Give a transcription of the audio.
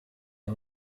are